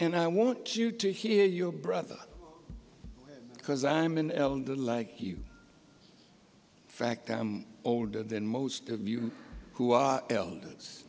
and i want you to hear your brother because i'm an elder like you fact i'm older than most of you who are elders